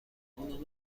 موقع